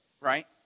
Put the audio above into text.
Right